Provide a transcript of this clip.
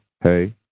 hey